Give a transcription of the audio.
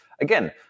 again